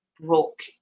broke